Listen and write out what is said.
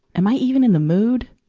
am i even in the mood?